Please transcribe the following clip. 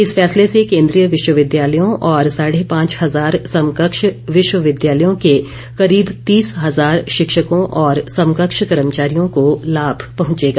इस फैसले से केन्द्रीय विश्वविद्यालयों और साढ़े पांच हजार समकक्ष विश्वविद्यालयों के करीब तीस हज़ार शिक्षकों और समकक्ष कर्मचारियों को लाभ पहुंचेगा